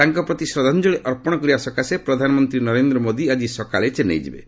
ତାଙ୍କ ପ୍ରତି ଶ୍ରଦ୍ଧାଞ୍ଚଳି ଅର୍ପଣ କରିବା ସକାଶେ ପ୍ରଧାନମନ୍ତ୍ରୀ ନରେନ୍ଦ୍ର ମୋଦି ଆଜି ସକାଳେ ଚେନ୍ନାଇ ଯିବେ